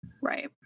Right